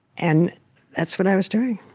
and that's what i was doing